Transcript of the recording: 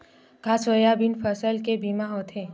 का सोयाबीन फसल के बीमा होथे?